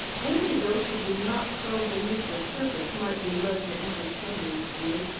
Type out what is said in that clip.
only those who do not probe beneath the surface might be led to entertain this view.